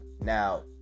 Now